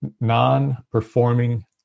non-performing